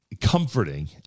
comforting